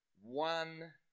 one